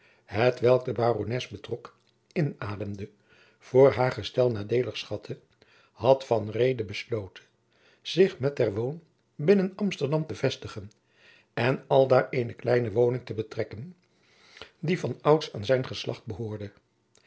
hetwelk de barones betrok inademde voor haar gestel nadeelig schatte had van reede besloten zich met der woon binnen amsterdam te vestigen en aldaar eene kleine woning te betrekken die van ouds aan zijn geslacht behoorde